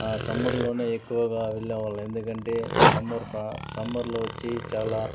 సమ్మర్లోనే ఎక్కువగా వెళ్ళే వాళ్ళు ఎందుకంటే సమ్మర్ ప్రా సమ్మర్లో వచ్చి చాలా